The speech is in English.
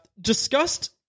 discussed